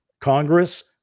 Congress